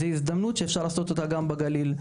זו הזדמנות שאפשר לעשות אותה גם בגליל,